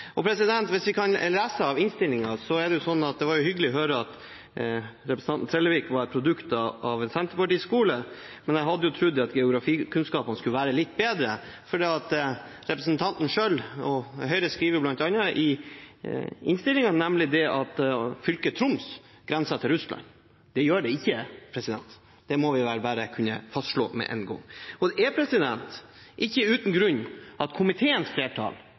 Det var hyggelig å høre at representanten Trellevik var et produkt av en Senterparti-skole, men jeg hadde trodd at geografikunnskapene skulle vært litt bedre. Representanten selv og Høyre skriver i innstillingen bl.a. at fylket Troms grenser til Russland. Det gjør det ikke, det må vi vel bare kunne fastslå med én gang. Det er ikke uten grunn at komiteens flertall